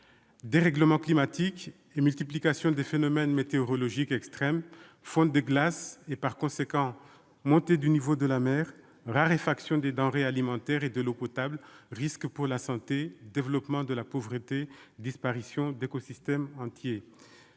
dérèglements climatiques et multiplication des phénomènes météorologiques extrêmes ; fonte des glaces et, en conséquence, montée du niveau de la mer ; raréfaction des denrées alimentaires et de l'eau potable ; risques pour la santé ; développement de la pauvreté ; disparition d'écosystèmes entiers.